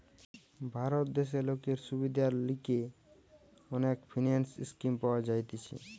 ভারত দেশে লোকের সুবিধার লিগে অনেক ফিন্যান্স স্কিম পাওয়া যাইতেছে